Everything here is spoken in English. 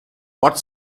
what